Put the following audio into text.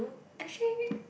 actually